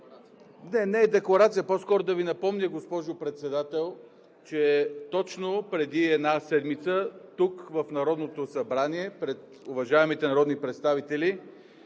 Не е декларация. По-скоро да Ви напомня, госпожо Председател, че точно преди една седмица тук в Народното събрание пред уважаеми народни представители